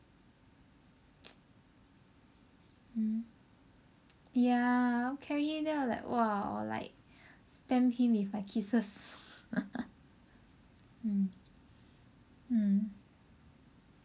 !aww! mm ya carry them or like !wah! or like spam him with my kisses mm mm